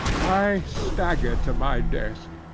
i staggered to my desk,